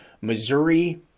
Missouri